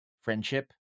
friendship